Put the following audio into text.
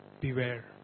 Beware